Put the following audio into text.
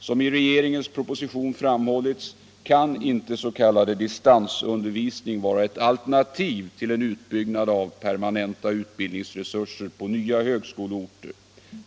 Som framhållits i propositionen kan inte s.k. distansundervisning vara ett alternativ till en utbyggnad av permanenta utbildningsresurser på nya högskoleorter.